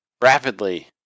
rapidly